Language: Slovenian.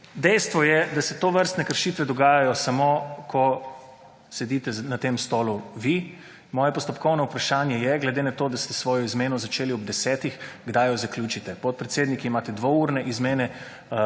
Dejstvo je, da se tovrstne kršitve dogajajo samo, ko sedite na tem stolu vi. Moje postopkovno vprašanje je glede na to, da ste svojo izmeno začeli ob 10. uro kdaj jo zaključite? Podpredsednik, imate dvo urne izmene